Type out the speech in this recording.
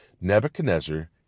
Nebuchadnezzar